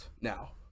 now